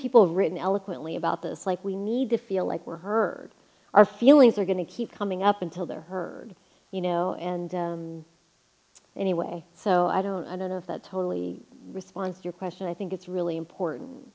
have written eloquently about this like we need to feel like we're hurt our feelings are going to keep coming up until they're heard you know and anyway so i don't i don't have that totally response to your question i think it's really important